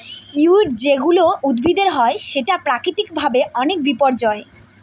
weed যেগুলা উদ্ভিদের হয় সেটা প্রাকৃতিক ভাবে অনেক বিপর্যই